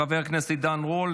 חבר הכנסת עידן רול,